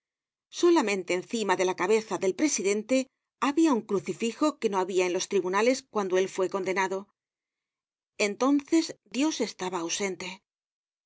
solamente encima de la cabeza del presidente habia un crucifijo que no habia en los tribunales cuando él fue condenado entonces dios estaba ausente